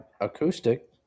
acoustic